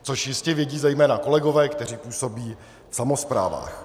Což jistě vědí zejména kolegové, kteří působí v samosprávách.